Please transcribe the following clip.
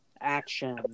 action